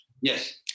Yes